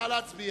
נא להצביע.